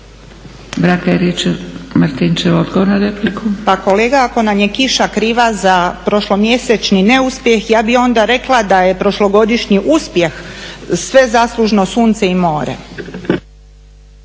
**Juričev-Martinčev, Branka (HDZ)** Pa kolega ako nam je kiša kriva za prošlomjesečni neuspjeh ja bih onda rekla da je za prošlogodišnji uspjeh sve zaslužno sunce i more.